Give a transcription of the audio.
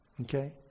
Okay